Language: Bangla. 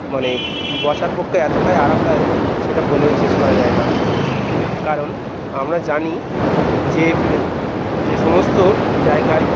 মানে বসার পক্ষে এতটাই আরামদায়ক সেটা বলে শেষ করা যায় না কারণ আমরা জানি যে যে সমস্ত জায়গায়